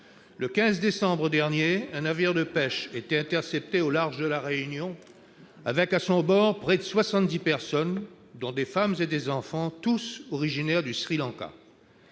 Le 15 décembre dernier, un navire de pêche était intercepté au large de La Réunion avec, à son bord, près de soixante-dix personnes, dont des femmes et des enfants, originaires du Sri Lanka.